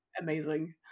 amazing